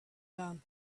down